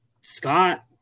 Scott